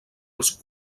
els